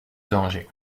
danger